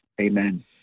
Amen